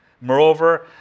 Moreover